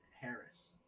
Harris